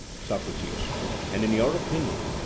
socrates and, in your opinion,